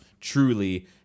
truly